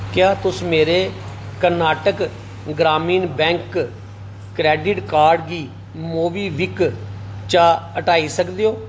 क्या तुस मेरे Karnataka Gramin bank credit card गी मोबिविक चा हटाई सकदे ओ